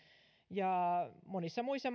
monissa muissa